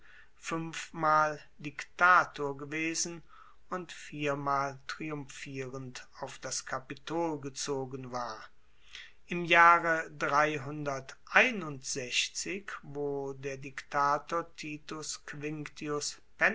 fuenfmal diktator gewesen und viermal triumphierend auf das kapitol gezogen war im jahre wo der diktator titus